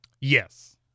Yes